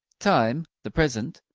time the present.